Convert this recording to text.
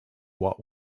what